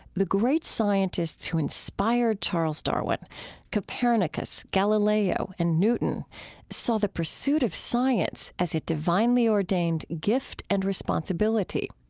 the great scientists who inspired charles darwin copernicus, galileo, and newton saw the pursuit of science as a divinely ordained gift and responsibility.